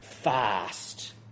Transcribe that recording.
fast